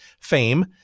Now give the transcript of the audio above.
fame